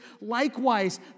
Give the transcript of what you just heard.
likewise